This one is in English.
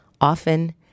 often